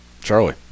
Charlie